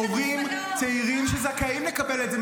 הורים צעירים שזכאים לקבל את זה,